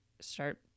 start